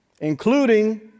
including